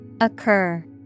Occur